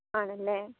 ആണല്ലേ